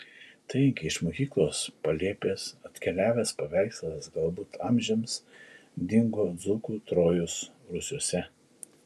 taigi iš mokyklos palėpės atkeliavęs paveikslas galbūt amžiams dingo dzūkų trojos rūsiuose